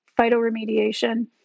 phytoremediation